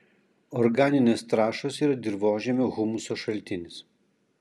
organinės trąšos yra dirvožemio humuso šaltinis